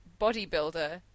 bodybuilder